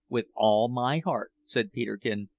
with all my heart, said peterkin,